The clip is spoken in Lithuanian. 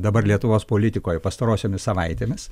dabar lietuvos politikoj pastarosiomis savaitėmis